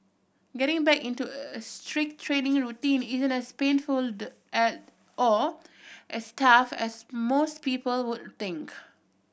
getting back into a strict training routine isn't as painful or as tough as most people would think